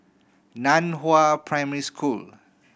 Nan Hua Primary School